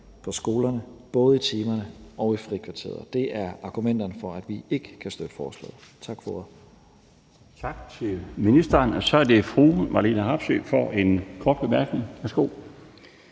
på skolerne, både i timerne og i frikvarteret. Det er argumenterne for, at vi ikke kan støtte forslaget. Tak for ordet. Kl. 18:12 Den fg. formand (Bjarne Laustsen): Tak